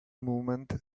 movement